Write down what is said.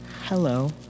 Hello